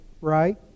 right